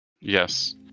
Yes